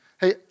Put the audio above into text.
hey